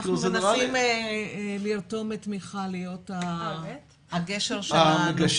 אנחנו מנסים לרתום את מיכל להיות הגשר שלנו.